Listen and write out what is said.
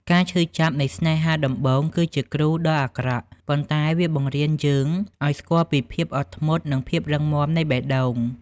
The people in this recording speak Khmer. ការឈឺចាប់នៃស្នេហាដំបូងគឺជា "គ្រូដ៏អាក្រក់" ប៉ុន្តែវាបង្រៀនយើងឱ្យស្គាល់ពីភាពអត់ធ្មត់ និងភាពរឹងមាំនៃបេះដូង។